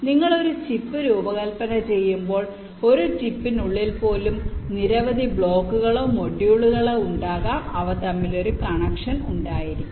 നിങ്ങൾ ഒരു ചിപ്പ് രൂപകൽപ്പന ചെയ്യുമ്പോൾ ഒരു ചിപ്പിനുള്ളിൽ പോലും നിരവധി ബ്ലോക്കുകളോ മൊഡ്യൂളുകളോ ഉണ്ടാകാം അവ തമ്മിൽ ഒരു കണക്ഷൻ ഉണ്ടായിരിക്കും